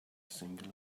single